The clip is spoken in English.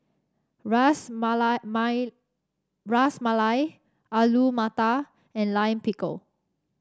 Ras Ras Malai Alu Matar and Lime Pickle